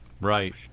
Right